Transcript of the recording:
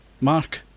Mark